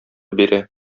бирә